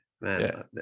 man